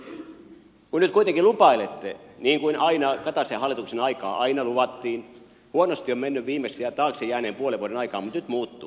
kun nyt kuitenkin lupailette niin kuin kataisen hallituksen aikaan aina luvattiin että vaikka huonosti on mennyt viimeisen ja taakse jääneen puolen vuoden aikaan nyt muuttuu